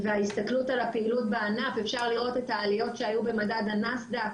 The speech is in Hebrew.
וההסתכלות על הפעילות בענף אפשר לראות את העליות שהיו במדד הנסד"ק,